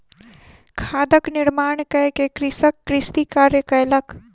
खादक निर्माण कय के कृषक कृषि कार्य कयलक